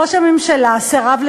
ראש הממשלה סירב,